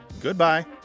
goodbye